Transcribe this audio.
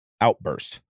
outburst